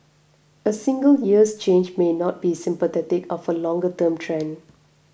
a single year's change may not be symptomatic of a longer term trend